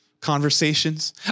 conversations